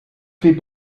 fait